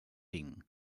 tinc